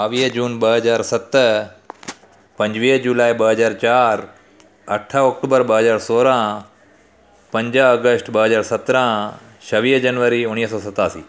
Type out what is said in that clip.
ॿावीह जून ॿ हज़ार सत पंजुवीह जुलाई ॿ हज़ार चारि अठ अक्टूबर ॿ हज़ार सोरहं पंज अगस्ट ॿ हज़ार सत्रहं छवीह जनवरी उणिवीह सौ सतासी